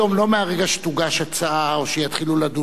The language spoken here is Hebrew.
לא מהרגע שתוגש הצעה או שיתחילו לדון בה,